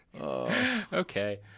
Okay